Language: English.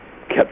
kept